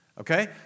okay